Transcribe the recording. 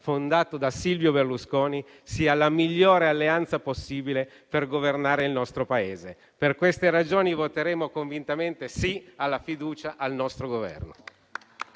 fondato da Silvio Berlusconi sia la migliore alleanza possibile per governare il nostro Paese. Per queste ragioni, voteremo convintamente sì alla fiducia al nostro Governo.